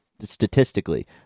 statistically